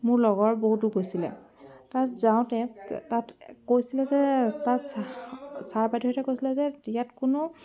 মোৰ লগৰ বহুতো গৈছিলে তাত যাওঁতে তাত কৈছিলে যে তাত ছাৰ বাইদেউহেঁতে কৈছিলে যে ইয়াত কোনো